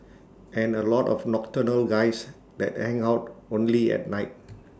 and A lot of nocturnal guys that hang out only at night